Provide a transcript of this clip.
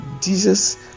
jesus